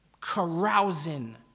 Carousing